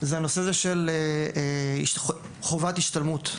זה הנושא הזה של חובת השתלמות.